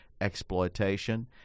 exploitation